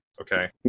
Okay